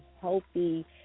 healthy